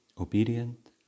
obedient